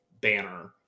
banner